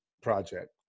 project